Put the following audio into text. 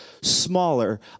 smaller